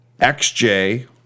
XJ